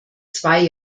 zwei